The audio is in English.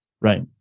Right